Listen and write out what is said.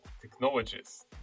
technologies